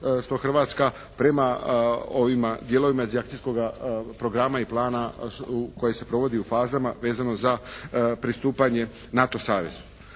Hrvatska prema ovim dijelovima iz akcijskoga programa i plana koji se provodi u fazama vezano za pristupanje NATO savezu.